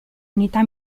unità